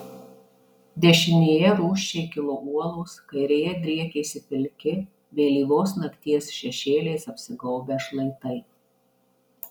dešinėje rūsčiai kilo uolos kairėje driekėsi pilki vėlyvos nakties šešėliais apsigaubę šlaitai